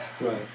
Right